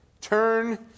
Turn